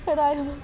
राजमांह्